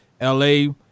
la